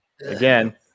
again